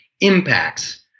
impacts